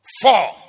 four